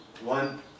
one